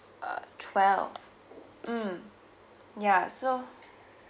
uh twelve mm ya so